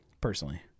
personally